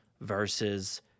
versus